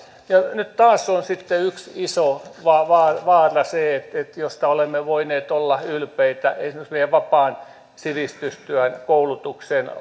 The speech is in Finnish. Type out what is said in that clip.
nyt taas on sitten yksi iso vaara se että kun olemme voineet olla ylpeitä esimerkiksi meidän vapaan sivistystyön koulutuksen